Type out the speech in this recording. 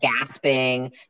gasping